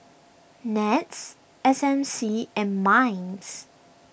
NETS S M C and Minds